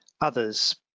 others